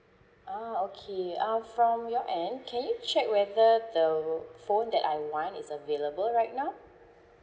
oh okay um from your end can you check whether the phone that I want is available right now